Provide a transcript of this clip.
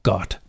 God